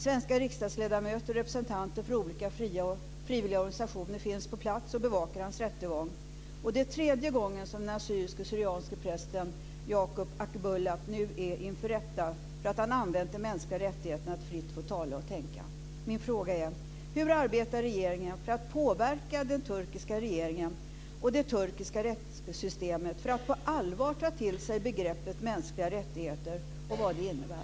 Svenska riksdagsledamöter och representanter för olika frivilliga organisationer finns på plats och bevakar hans rättegång. Det är tredje gången som den assyrisk/syrianske prästen Yusuf Akbulut nu står inför rätta för att han har använt den mänskliga rättigheten att fritt få tala och tänka. Min fråga är: Hur arbetar regeringen för att påverka den turkiska regeringen och det turkiska rättssystemet för att på allvar ta till sig begreppet mänskliga rättigheter och vad det innebär?